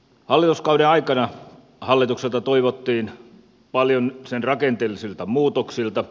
hallituskauden aikana hallitukselta toivottiin paljon sen rakenteellisilta muutoksilta